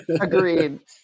Agreed